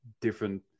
different